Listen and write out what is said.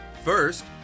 First